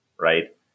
right